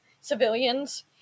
civilians